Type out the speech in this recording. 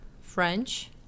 French